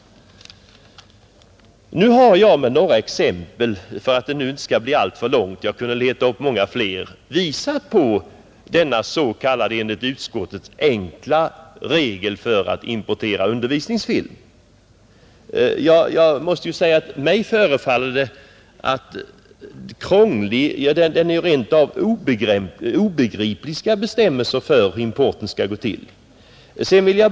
Nu har jag med några exempel — jag har begränsat mig för att det inte skall bli alltför långt, men jag kunde leta upp många fler — visat på hur det är med denna av utskottet som enkel betecknade regel för import av undervisningsfilm. Jag måste säga att för mig förefaller den krånglig — ja, det är rent obegripliga bestämmelser för hur importen skall gå till.